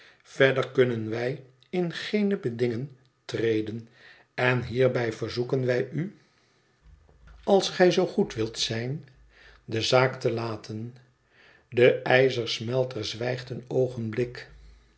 verder kunnen wij in geene bedingen treden en hierbij verzoeken wij u als gij zoo goed wilt zijn de zaak te laten de ijzersmelter zwijgt een oogenblik